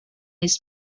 his